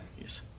Yes